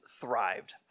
thrived